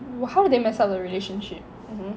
how they mess up the relationship